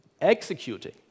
executing